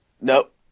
Nope